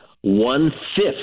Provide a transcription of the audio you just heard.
one-fifth